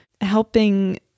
helping